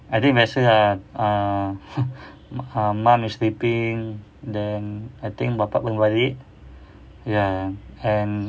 I think biasa ah mum is sleeping then I think bapak baru balik ya and